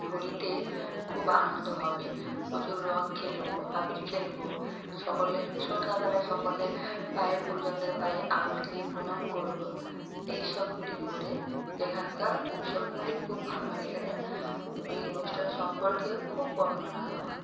হোলিতে খুব আনন্দ হবে প্রচুর রং খেলব আবির খেলব সকলের সন্ধ্যাবেলায় সকলের পায়ে গুরুজনদের পায়ে আবির দিয়ে প্রণাম করব এইসবগুলি করে এখানকার উৎসবগুলি খুব ভালো আর এখানের এই অনুষ্ঠানের সম্পর্কেও খুব বর্ণনা হয়